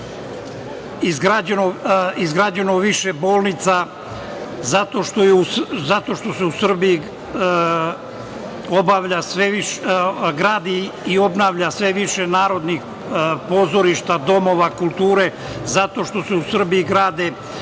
Srbije izgrađeno više bolnica, zato što se u Srbiji gradi i obnavlja sve više narodnih pozorišta, domova kulture, zato što se u Srbiji grade